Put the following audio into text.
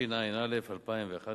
התשע"א 2011,